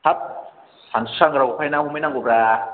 हाब सानसु सानगोनाङाव अबेहाय ना हमहैनांगौ ब्रा